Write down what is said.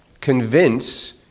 convince